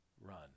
run